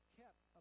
kept